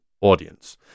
audience